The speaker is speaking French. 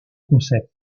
concepts